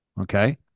Okay